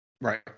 Right